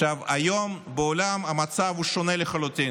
היום בעולם המצב הוא שונה לחלוטין.